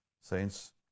Saints